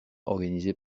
organisé